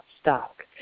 stuck